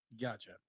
Gotcha